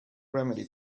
remedy